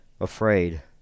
afraid